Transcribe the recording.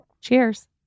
Cheers